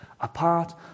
apart